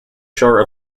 shore